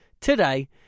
today